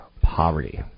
poverty